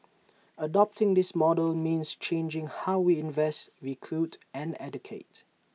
adopting this model means changing how we invest recruit and educate